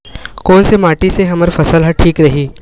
कोन से माटी से हमर फसल ह ठीक रही?